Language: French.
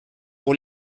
pour